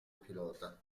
pilota